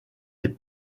les